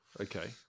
Okay